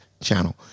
channel